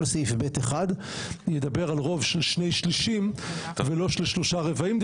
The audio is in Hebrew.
כל סעיף (ב1) ידבר על רוב של שני שלישים ולא של שלושה רבעים.